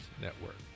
network